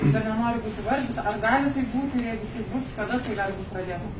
bet nenori būt įvardinta ar gali taip būti ir jeigu taip bus kada tai gali būt pradėta